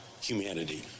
humanity